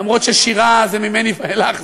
למרות ששירה זה ממני ואילך,